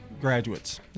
graduates